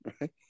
Right